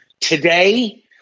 Today